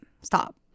stop